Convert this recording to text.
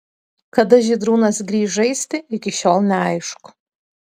kada žydrūnas grįš žaisti iki šiol neaišku